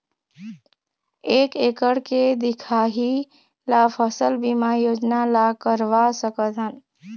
एक एकड़ के दिखाही ला फसल बीमा योजना ला करवा सकथन?